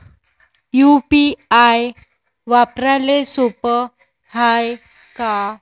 UPI वापराले सोप हाय का?